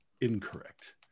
incorrect